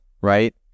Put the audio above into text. right